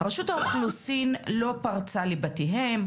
רשות האוכלוסין לא פרצה לבתיהם,